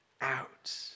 out